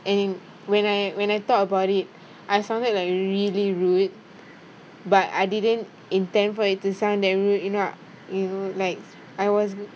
and when I when I thought about it I sounded like really rude but I didn't intend for it to sound that rude you know you know like I was